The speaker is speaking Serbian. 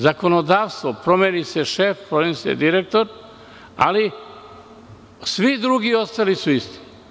Zakonodavstvo, promeni se šef, promeni se direktor, ali svi drugi ostali su isti.